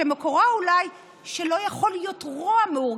יכול להיות מעבר